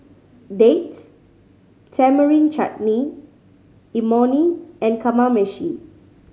Date Tamarind Chutney Imoni and Kamameshi